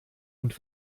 und